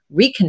reconnect